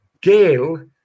Gale